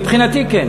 מבחינתי, כן.